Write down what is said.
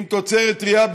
עם תוצרת טרייה,